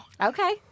Okay